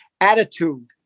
attitude